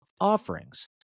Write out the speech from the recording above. offerings